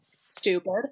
stupid